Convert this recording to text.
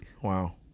Wow